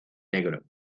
negro